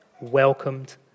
welcomed